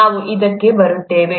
ನಾವು ಇದಕ್ಕೆ ಬರುತ್ತೇವೆ